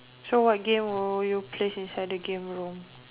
so what game will you place inside the game room